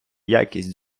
якість